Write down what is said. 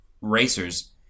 racers